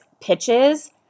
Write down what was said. pitches